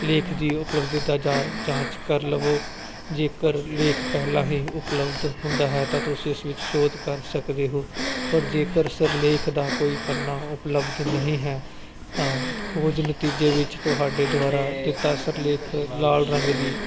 ਲੇਖ ਦੀ ਉਪਲੱਬਧਤਾ ਜਾਂਚ ਕਰ ਲਵੋ ਜੇਕਰ ਲੇਖ ਪਹਿਲਾ ਹੀ ਉਪਲਬਧ ਹੁੰਦਾ ਹੈ ਤਾਂ ਤੁਸੀਂ ਇਸ ਵਿੱਚ ਸੋਧ ਕਰ ਸਕਦੇ ਹੋ ਔਰ ਜੇਕਰ ਸਿਰਲੇਖ ਦਾ ਕੋਈ ਪੰਨਾ ਉਪਲਬਧ ਨਹੀਂ ਹੈ ਤਾਂ ਖੋਜ ਨਤੀਜੇ ਵਿੱਚ ਤੁਹਾਡੇ ਦੁਆਰਾ ਦਿੱਤਾ ਸਰਲੇਖ ਲਾਲ ਰੰਗ ਦੀ